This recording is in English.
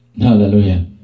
hallelujah